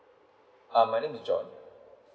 uh my name is john